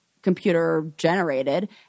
Computer-generated